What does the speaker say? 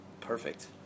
Perfect